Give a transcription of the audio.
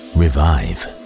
revive